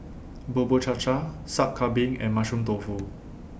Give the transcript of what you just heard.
Bubur Cha Cha Sup Kambing and Mushroom Tofu